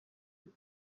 bari